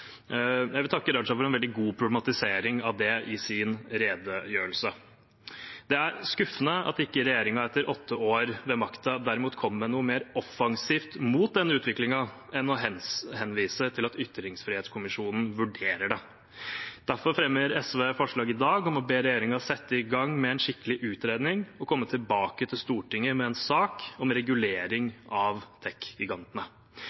Jeg vil takke Raja for en veldig god problematisering av det i sin redegjørelse. Det er skuffende at ikke regjeringen etter åtte år ved makten derimot kommer med noe mer offensivt mot den utviklingen enn å henvise til at ytringsfrihetskommisjonen vurderer det. Derfor fremmer SV i dag forslag om å be regjeringen sette i gang med en skikkelig utredning og komme tilbake til Stortinget med en sak om